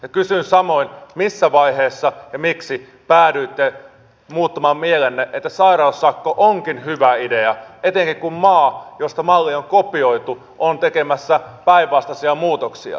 ja kysyn samoin missä vaiheessa ja miksi päädyitte muuttamaan mielenne että sairaussakko onkin hyvä idea etenkin kun maa josta malli on kopioitu on tekemässä päinvastaisia muutoksia